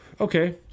Okay